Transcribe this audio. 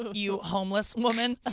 you homeless woman. ah